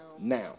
now